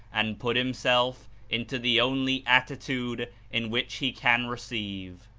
and put himself into the only attitude in which he can receive.